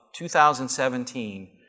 2017